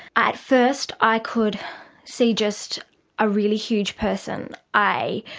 at first i could see just a really huge person, i